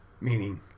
Meaning